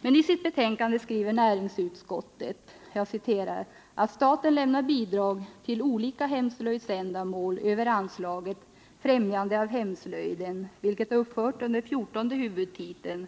Näringsutskottet skriver dock i sitt betänkande följande: ”Utskottet vill erinra om att staten lämnar bidrag till olika hemslöjdsändamål över anslaget Främjandet av hemslöjden, vilket är uppfört under fjortonde huvudtiteln .”